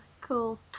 Cool